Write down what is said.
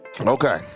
Okay